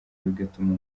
bigatuma